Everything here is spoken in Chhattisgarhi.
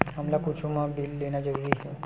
हमला कुछु मा बिल लेना जरूरी हे?